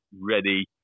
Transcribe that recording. ready